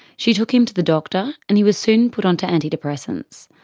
she took him to the doctor and he was soon put onto anti-depressants.